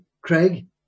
Craig